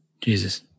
Jesus